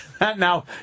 Now